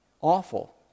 awful